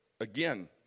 again